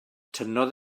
tynnodd